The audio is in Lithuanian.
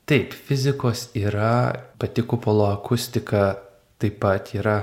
taip fizikos yra pati kupolo akustika taip pat yra